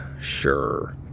Sure